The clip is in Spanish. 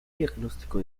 diagnóstico